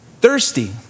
Thirsty